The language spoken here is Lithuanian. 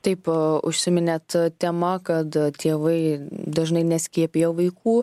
taip užsiiminėt tema kad tėvai dažnai neskiepija vaikų